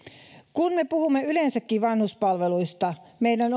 kun me puhumme yleensäkin vanhuspalveluista meidän